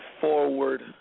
forward